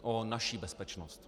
O naši bezpečnost.